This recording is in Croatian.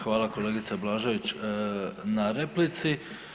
Hvala kolegice Blažević na replici.